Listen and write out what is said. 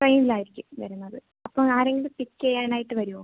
ട്രെയിനിൽ ആയിരിക്കും വരുന്നത് അപ്പോൾ ആരെങ്കിലും പിക്ക് ചെയ്യാനായിട്ട് വരുമോ